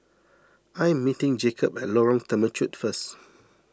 I am meeting Jacob at Lorong Temechut first